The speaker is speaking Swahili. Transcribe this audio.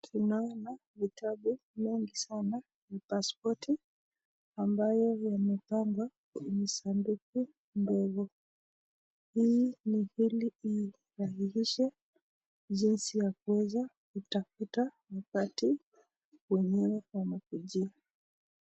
Tunaona vitabu mingi sanaa. Ni pasipoti ambayo yamepangwa kwenye sanduku ndogo. Hii ni ili idhahirishe jinsi ya kueza kutafuta kupatia wenyewe wanakujia